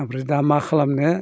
ओमफ्राय दा मा खालामनो